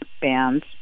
bands